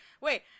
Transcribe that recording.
wait